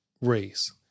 race